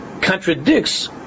contradicts